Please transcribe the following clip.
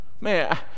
Man